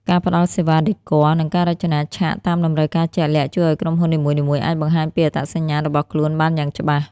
ការផ្តល់សេវាដេគ័រ និងការរចនាឆាកតាមតម្រូវការជាក់លាក់ ជួយឱ្យក្រុមហ៊ុននីមួយៗអាចបង្ហាញពីអត្តសញ្ញាណរបស់ខ្លួនបានយ៉ាងច្បាស់។